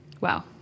wow